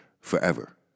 forever